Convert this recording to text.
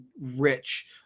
rich